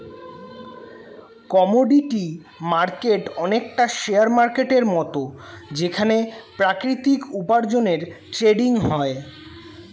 commodity market অনেকটা share মার্কেটের মত যেখানে প্রাকৃতিক উপার্জনের ট্রেডিং হয়